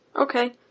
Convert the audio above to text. Okay